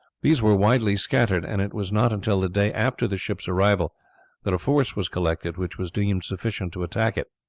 these were widely scattered, and it was not until the day after the ship's arrival that a force was collected which was deemed sufficient to attack it.